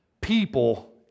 people